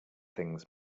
things